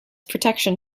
protection